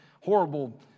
horrible